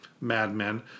madmen